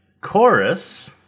chorus